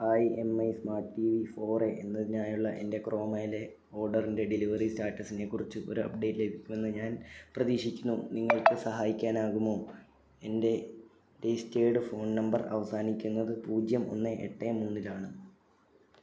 hi M I smart T V four A എന്നതിനായുള്ള എൻ്റെ ക്രോമയിലെ ഓഡറിൻ്റെ ഡെലിവറി സ്റ്റാറ്റസിനെക്കുറിച്ച് ഒരപ്ഡേറ്റ് ലഭിക്കുമെന്ന് ഞാൻ പ്രതീക്ഷിക്കുന്നു നിങ്ങൾക്ക് സഹായിക്കാനാകുമോ എൻ്റെ രെജിസ്റ്റേർഡ് ഫോൺ നമ്പർ അവസാനിക്കുന്നത് പൂജ്യം ഒന്ന് എട്ട് മൂന്നിലാണ്